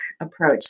approach